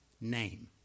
name